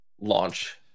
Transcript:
launch